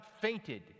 fainted